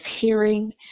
hearing